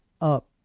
up